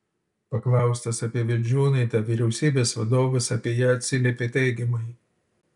paklaustas apie vildžiūnaitę vyriausybės vadovas apie ją atsiliepė teigiamai